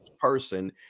person